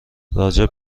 راجع